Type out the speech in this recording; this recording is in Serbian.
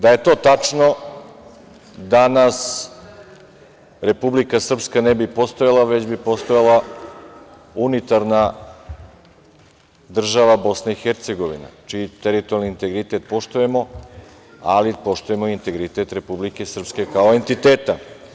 Da je to tačno danas Republika Srpska ne bi postojala, već bi postojala unitarna država BiH, čiji teritorijalni integritet poštujemo, ali poštujemo i integritet Republike Srpske kao entiteta.